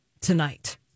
tonight